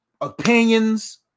opinions